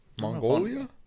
Mongolia